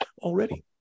already